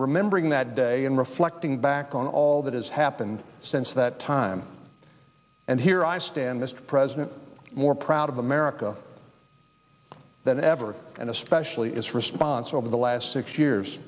remembering that day and reflecting back on all that has happened since that time and here i stand mr president more proud of america than ever and especially its response over the last six years